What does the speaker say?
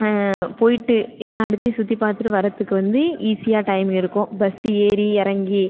போய்ட்டு எல்லா இடத்தையும் சுற்றி பார்த்துட்டு வரத்துக்கு வந்து ஈஸியாக டைம் இருக்கும் பஸ் ஏறி இறங்கி